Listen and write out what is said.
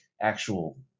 actual